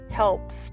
helps